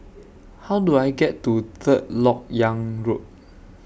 How Do I get to Third Lok Yang Road